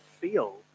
feel